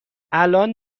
الان